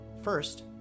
first